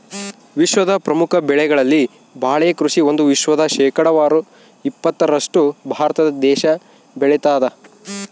ವಿಶ್ವದ ಪ್ರಮುಖ ಬೆಳೆಗಳಲ್ಲಿ ಬಾಳೆ ಕೃಷಿ ಒಂದು ವಿಶ್ವದ ಶೇಕಡಾವಾರು ಇಪ್ಪತ್ತರಷ್ಟು ಭಾರತ ದೇಶ ಬೆಳತಾದ